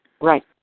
Right